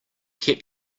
kept